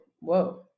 whoa